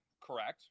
correct